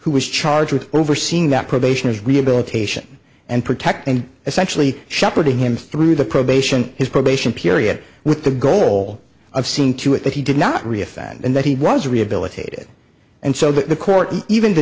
who was charged with overseeing that probation is rehabilitation and protect and essentially shepherding him through the probation his probation period with the goal of seeing to it that he did not realize that and that he was rehabilitated and so that the court and even the